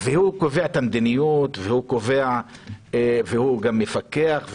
הוא קובע את המדיניות והוא מפקח.